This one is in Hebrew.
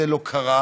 זה לא קרה,